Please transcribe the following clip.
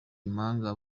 impanga